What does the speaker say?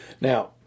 Now